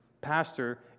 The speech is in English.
Pastor